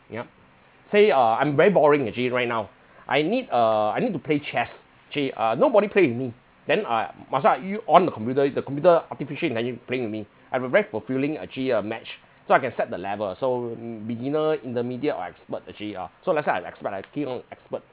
yeah say uh I'm very boring actually right now I need a I need to play chess actually uh nobody play with me then I might as well I u~ on the computer the computer artificial intellin~ playing with me I have a very fulfilling actually a match so I can set the level so beginner intermediate or expert actually uh so let's say I expert i click on expert